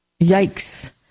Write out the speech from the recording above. Yikes